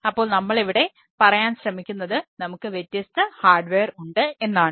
അപ്പോൾ നമ്മൾ ഇവിടെ പറയാൻ ശ്രമിക്കുന്നത് നമുക്ക് വ്യത്യസ്ത ഹാർഡ്വെയർ ഉണ്ട് എന്നാണ്